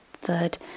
third